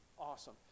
awesome